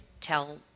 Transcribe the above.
tell